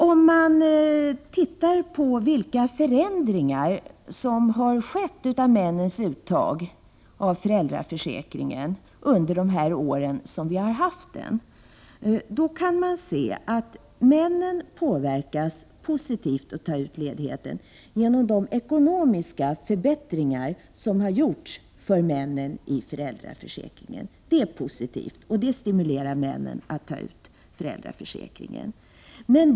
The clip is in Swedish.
Om man studerar de förändringar som har skett när det gäller männens uttag av ledighet i enlighet med föräldraförsäkringen under de år som denna har funnits, kan man se att männen påverkas positivt när det gäller att ta ut ledighet av de ekonomiska förbättringar i föräldraförsäkringen som har åstadkommits för män. Dessa förbättringar är alltså någonting positivt och de stimulerar männen att utnyttja föräldraförsäkringen.